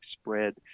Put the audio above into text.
spread